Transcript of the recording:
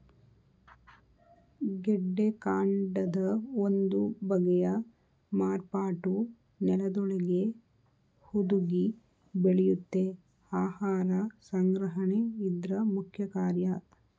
ಗೆಡ್ಡೆಕಾಂಡದ ಒಂದು ಬಗೆಯ ಮಾರ್ಪಾಟು ನೆಲದೊಳಗೇ ಹುದುಗಿ ಬೆಳೆಯುತ್ತೆ ಆಹಾರ ಸಂಗ್ರಹಣೆ ಇದ್ರ ಮುಖ್ಯಕಾರ್ಯ